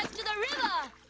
um to the river!